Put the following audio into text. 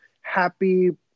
happy